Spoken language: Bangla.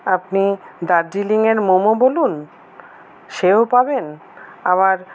আপনি দার্জিলিংয়ের মোমো বলুন সেও পাবেন আবার